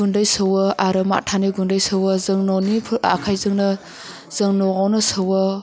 गुन्दै सौवो आरो माथानि गुन्दै सौवो जों ननि आखायजोंनो जों नआवनो सौवो